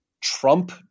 Trump